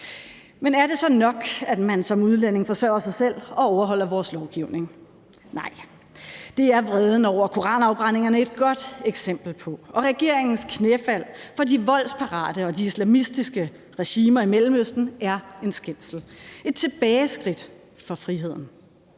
Men er det så nok, at man som udlænding forsørger sig selv og overholder vores lovgivning? Nej, det er vreden over koranafbrændingerne et godt eksempel på, og regeringens knæfald for de voldsparate og islamistiske regimer i Mellemøsten er en skændsel. Det er et tilbageskridt for friheden.